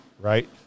Right